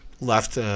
left